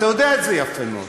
אתה יודע את זה יפה מאוד.